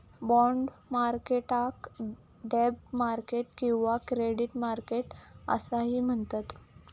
bond मार्केटाक डेब्ट market किंवा क्रेडिट मार्केट असाही म्हणतत